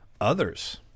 others